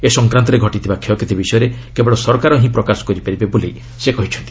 ଏ ସଂକ୍ରାନ୍ତରେ ଘଟିଥିବା କ୍ଷୟକ୍ଷତି ବିଷୟରେ କେବଳ ସରକାର ହିଁ ପ୍ରକାଶ କରିପାରିବେ ବୋଲି ସେ କହିଛନ୍ତି